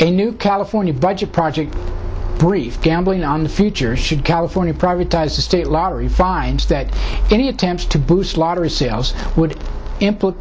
a new california budget project brief gambling on the future should california privatized the state lottery finds that any attempts to boost lottery sales would in